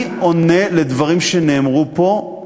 אני עונה על הדברים שנאמרו פה,